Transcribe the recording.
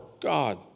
god